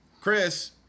Chris